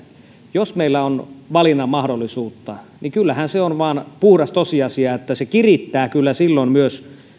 jos meillä on valinnan mahdollisuutta niin kyllähän se on vain puhdas tosiasia että se kirittää kyllä silloin myös